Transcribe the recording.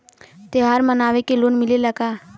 त्योहार मनावे के लोन मिलेला का?